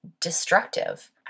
destructive